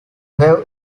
has